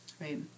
Right